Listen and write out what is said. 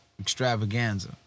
extravaganza